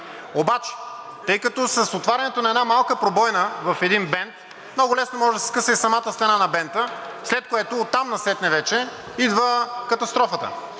Обаче, тъй като с отварянето на една малка пробойна в един бент много лесно може да се скъса самата стена на бента, след което оттам насетне вече идва катастрофата.